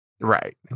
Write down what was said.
Right